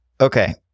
okay